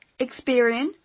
Experian